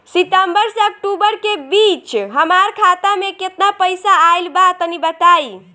सितंबर से अक्टूबर के बीच हमार खाता मे केतना पईसा आइल बा तनि बताईं?